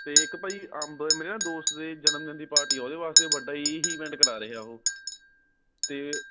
ਅਤੇ ਇੱਕ ਭਾਅ ਜੀ ਅੰਬ ਮੇਰੇ ਨਾ ਦੋਸਤ ਦੇ ਜਨਮਦਿਨ ਦੀ ਪਾਰਟੀ ਆ ਉਹਦੇ ਵਾਸਤੇ ਵੱਡਾ ਹੀ ਈਵੈਂਟ ਕਰਾ ਰਹੇ ਹੈ ਉਹ ਅਤੇ